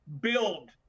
build